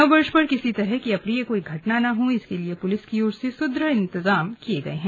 नववर्ष पर किसी तरह की अप्रिय घटना न हो इसके लिए पुलिस की ओर से सुद्रढ़ इंतजाम किये गये हैं